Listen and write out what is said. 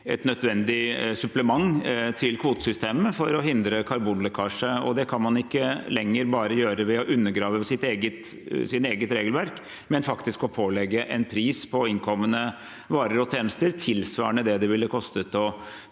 helt nødvendig supplement til kvotesystemet for å hindre karbonlekkasje, og det kan man ikke lenger bare gjøre ved å undergrave sitt eget regelverk, men ved faktisk å pålegge en pris på innkommende varer og tjenester tilsvarende det det ville ha kostet å